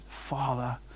father